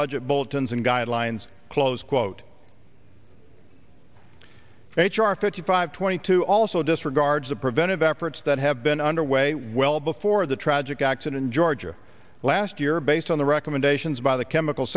budget bulletins and guidelines close quote h r fifty five twenty two also disregards the preventive efforts that have been underway well before the tragic accident ga last year based on the recommendations by the chemical